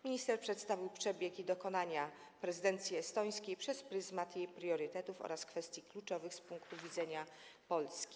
Minister przedstawił przebieg i dokonania prezydencji estońskiej przez pryzmat jej priorytetów oraz kwestii kluczowych z punktu widzenia Polski.